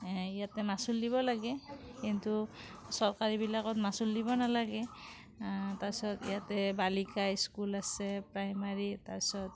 ইয়াতে মাচুল দিব লাগে কিন্তু চৰকাৰীবিলাকত মাচুল দিব নালাগে তাৰপাছত ইয়াতে বালিকা স্কুল আছে প্ৰাইমাৰী তাৰপাছত